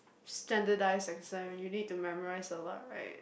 standardized exam you need to memorize a lot right